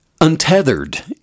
untethered